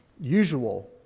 usual